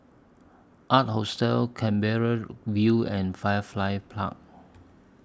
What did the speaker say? Ark Hostel Canberra View and Firefly Park